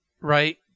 right